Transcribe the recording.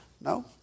No